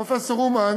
פרופסור אומן